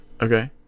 Okay